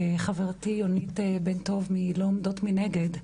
חברתי יונית בן טוב מ"לא עומדות מנגד"